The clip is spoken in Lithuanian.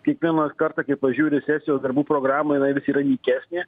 kiekvieną kartą kai pažiūri sesijos darbų programą jinai vis yra nykesnė